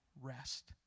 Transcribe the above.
rest